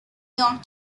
york